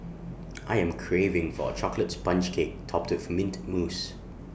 I am craving for A Chocolate Sponge Cake Topped with Mint Mousse